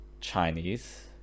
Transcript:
Chinese